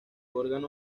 órgano